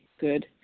good